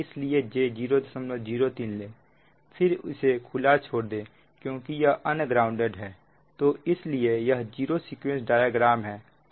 इसलिए j003 ले फिर इसे खुला छोड़ दे क्योंकि यह अनग्राउंडेड है तो इसलिए यह जीरो सीक्वेंस डायग्राम है